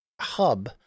hub